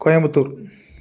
Coimbatore